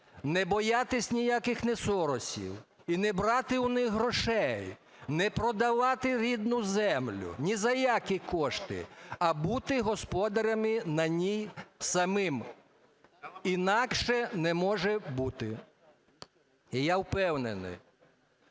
Не боятися ніяких ні Соросів і не брати у них грошей, не продавати рідну землю, ні за які кошти, а бути господарями на ній самим. Інакше не може бути. І я впевнений,